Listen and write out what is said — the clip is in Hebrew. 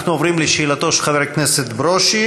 אנחנו עוברים לשאלתו של חבר הכנסת ברושי.